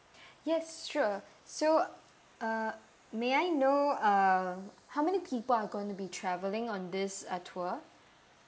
yes sure so uh may I know uh how many people are going to be travelling on this uh tour